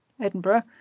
Edinburgh